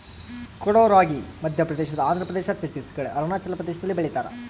ಕೊಡೋ ರಾಗಿ ಮಧ್ಯಪ್ರದೇಶ ಆಂಧ್ರಪ್ರದೇಶ ಛತ್ತೀಸ್ ಘಡ್ ಅರುಣಾಚಲ ಪ್ರದೇಶದಲ್ಲಿ ಬೆಳಿತಾರ